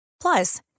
Plus